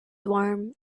warm